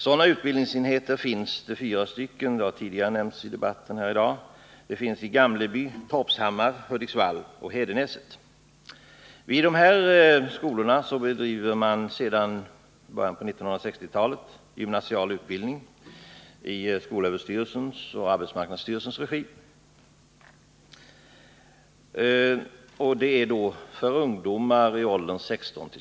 Som tidigare nämnts i debatten finns det sådan utbildning på fyra orter, nämligen i Gamleby, Torpshammar, Hudiksvall och Hedenäset. Vid dessa skolor bedriver man sedan början av 1960-talet gymnasial utbildning för ungdomar i åldern 16-25 år i skolöverstyrelsens och arbetsmarknadsstyrelsens regi.